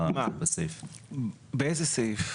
באיזה סעיף?